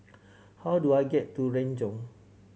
how do I get to Renjong